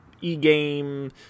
e-game